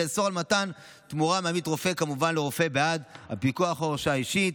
ולאסור מתן תמורה מעמית רופא לרופא בעד הפיקוח או ההרשאה האישית.